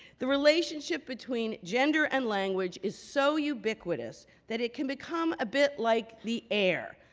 the relationship between gender and language is so ubiquitous that it can become a bit like the air,